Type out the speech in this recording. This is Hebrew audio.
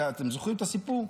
אתם זוכרים את הסיפור?